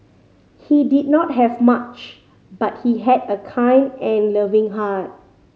he did not have much but he had a kind and loving heart